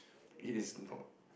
it is not